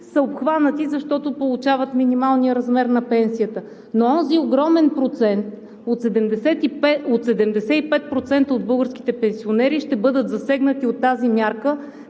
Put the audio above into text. са обхванати, защото получават минималния размер на пенсията. Но онзи огромен процент от 75% от българските пенсионери ще бъдат засегнати от тази мярка